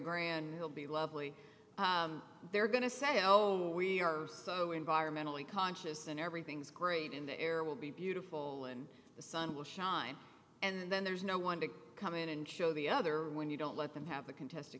grande will be lovely they're going to say oh we are so environmentally conscious and everything's great in the air will be beautiful and the sun will shine and then there's no one to come in and show the other when you don't let them have a contest a